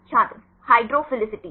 छात्र हाइड्रोफिलिसिटी